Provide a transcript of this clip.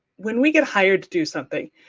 when we get hired to do something,